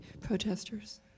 protesters